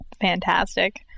fantastic